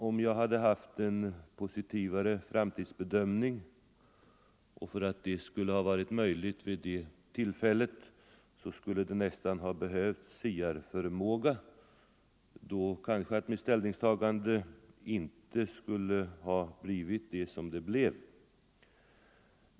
Om jag hade haft en positivare framtidsbedömning — för att det skulle ha varit möjligt skulle det nästan ha behövts siarförmåga — kanske mitt ställningstagande inte skulle ha blivit som det blev.